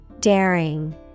Daring